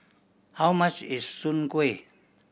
how much is Soon Kueh